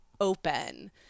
open